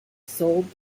sold